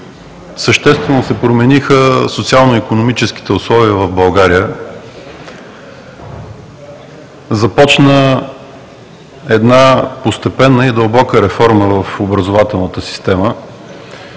съществено се промениха социално-икономическите условия в България. Започна постепенна и дълбока реформа в образователната система